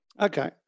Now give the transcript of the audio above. Okay